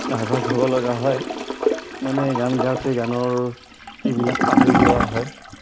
nervous হ'ব লগা হয় মানে গান গাওঁতে গানৰ কিবিলাক পাহৰি যোৱা হয়